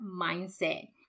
mindset